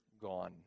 gone